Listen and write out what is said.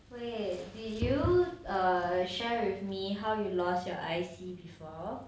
wait did you err share with me how you lost your I_C before